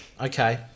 Okay